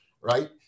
right